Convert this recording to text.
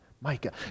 Micah